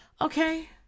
Okay